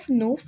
no